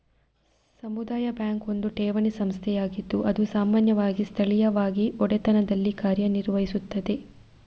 ಸಮುದಾಯ ಬ್ಯಾಂಕ್ ಒಂದು ಠೇವಣಿ ಸಂಸ್ಥೆಯಾಗಿದ್ದು ಅದು ಸಾಮಾನ್ಯವಾಗಿ ಸ್ಥಳೀಯವಾಗಿ ಒಡೆತನದಲ್ಲಿ ಕಾರ್ಯ ನಿರ್ವಹಿಸುತ್ತದೆ